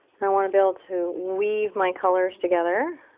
and i want to be able to weave my colors together.